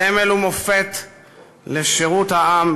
סמל ומופת לשירות העם,